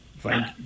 Thank